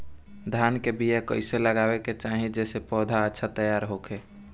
धान के बीया कइसे लगावे के चाही जेसे पौधा अच्छा तैयार होखे?